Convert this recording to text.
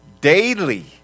daily